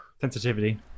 Sensitivity